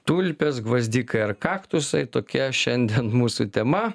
tulpės gvazdikai ar kaktusai tokia šiandien mūsų tema